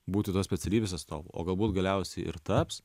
būti tos specialybės atstovu o galbūt galiausiai ir taps